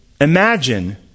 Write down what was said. imagine